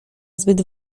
zbyt